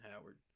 Howard